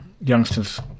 youngsters